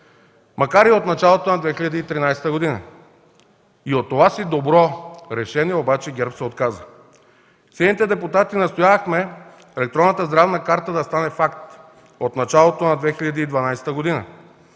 макар и в началото на 2013 г. Но и от това си добро решение ГЕРБ се отказа. Сините депутати настоявахме електронната здравна карта да стане факт от началото на 2012 г.,